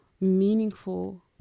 meaningful